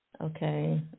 Okay